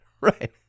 right